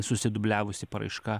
susidubliavusi paraiška